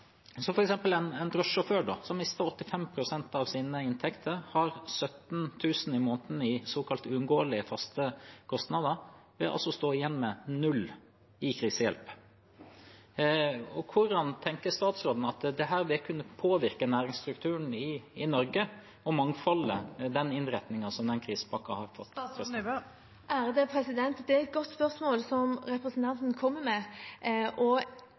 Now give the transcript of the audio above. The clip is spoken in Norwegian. En drosjesjåfør som mister 85 pst. av sine inntekter og har 17 000 kr i måneden i såkalte uunngåelige faste kostnader, står igjen med null i krisehjelp. Hvordan tenker statsråden at dette vil kunne påvirke næringsstrukturen i Norge, og mangfoldet, med den innretningen som denne krisepakken har fått? Det er et godt spørsmål representanten kommer med.